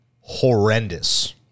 horrendous